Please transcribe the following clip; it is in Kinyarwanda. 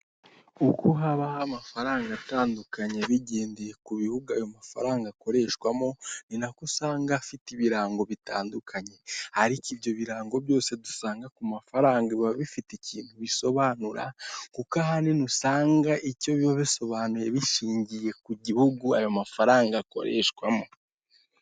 Uko habaho amafaranga atandukanye bigendeye ku bihugu, ayo mafaranga akoreshwamo ni nako usanga afite ibirango bitandukanye, ariko ibyo birango byose dusanga ku mafaranga biba bifite ikintu bisobanura kuko ahanini usanga icyo biba bisobanuye bishingiye ku gihugu aya mafaranga akoreshwamo.